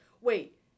wait